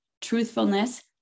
truthfulness